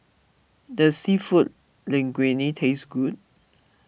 does Seafood Linguine taste good